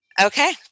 Okay